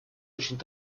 очень